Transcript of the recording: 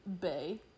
bay